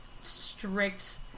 strict